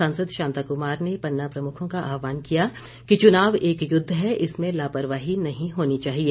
सांसद शांता कुमार ने पन्ना प्रमुखों का आहवान किया कि चुनाव एक युद्ध है इसमें लापरवाही नही होनी चाहिए